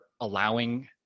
allowing